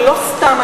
ולא סתם,